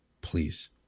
please